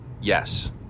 Yes